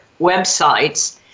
websites